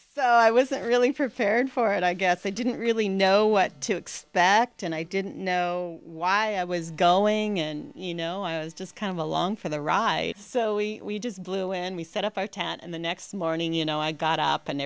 so i wasn't really prepared for it i guess i didn't really know what to expect and i didn't know why i was going and you know i was just kind of along for the ride so we just blew and we set up our tent and the next morning you know i got up and